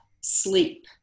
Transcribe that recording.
sleep